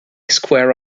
square